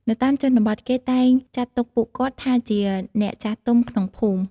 នៅតាមជនបទ គេតែងចាត់ទុកពួកគាត់ថាជាអ្នកចាស់ទុំក្នុងភូមិ។